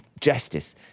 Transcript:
justice